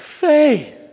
faith